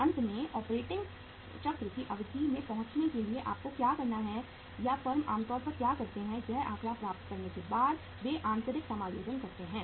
अंत में ऑपरेटिंग चक्र की अवधि में पहुंचने के लिए आपको क्या करना है या फ़र्म आमतौर पर क्या करते हैं यह आंकड़ा प्राप्त करने के बाद वे आंतरिक समायोजन करते हैं